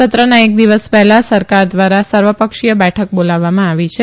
સત્રના એક દિવસ પહેલા સરકાર દ્વારા સર્વપક્ષીય બેઠક બોલાવવામાં આવી છે